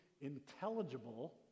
intelligible